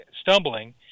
stumbling